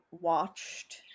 watched